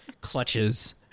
clutches